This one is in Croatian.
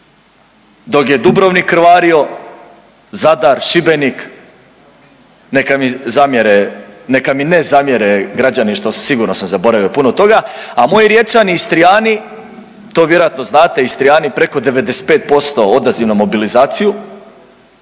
Dok je Dubrovnik krvario, Zadar, Šibenik neka mi zamjere, neka mi ne zamjere građani što sigurno sam zaboravio puno toga, a moji Riječani, Istrijani to vjerojatno znate Istrijani preko 95% odaziv na mobilizaciju.